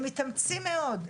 הם מתאמצים מאוד.